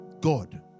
God